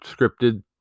scripted